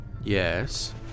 Yes